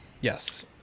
yes